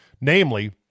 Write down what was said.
Namely